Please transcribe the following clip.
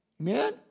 Amen